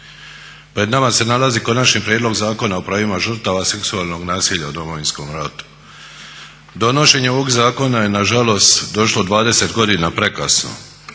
Pred nama se nalazi Konačni prijedlog Zakona o pravima žrtava seksualnog nasilja u Domovinskom ratu. Donošenje ovog zakona je nažalost došlo 20 godina prekasno.